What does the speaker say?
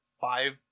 five